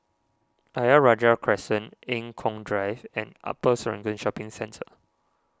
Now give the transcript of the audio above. Ayer Rajah Crescent Eng Kong Drive and Upper Serangoon Shopping Centre